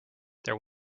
there